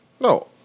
No